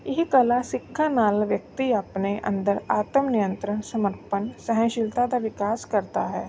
ਇਹ ਕਲਾ ਸਿੱਖਣ ਨਾਲ ਵਿਅਕਤੀ ਆਪਣੇ ਅੰਦਰ ਆਤਮ ਨਿਯੰਤਰਣ ਸਮਰਪਣ ਸਹਿਣਸ਼ੀਲਤਾ ਦਾ ਵਿਕਾਸ ਕਰਦਾ ਹੈ